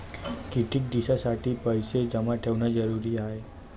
कितीक दिसासाठी पैसे जमा ठेवणं जरुरीच हाय?